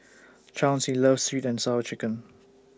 Chauncy loves Sweet and Sour Chicken